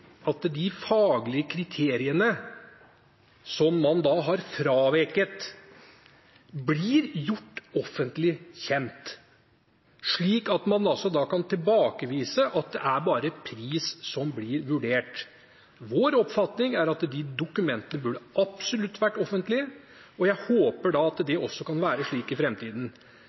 at de faglige kriteriene som man da har fraveket, blir gjort offentlig kjent, slik at man kan tilbakevise at det bare er pris som blir vurdert. Vår oppfatning er at disse dokumentene absolutt burde vært offentlige, og jeg håper da at det også kan være slik i